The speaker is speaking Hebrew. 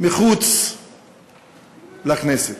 מחוץ לכנסת.